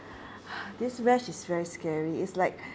this rash is very scary it's like